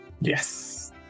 Yes